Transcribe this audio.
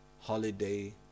holiday